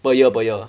per year per year